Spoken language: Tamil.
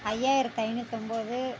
ஐயாயிரத்து ஐநூற்றி ஒம்பது